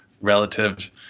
relative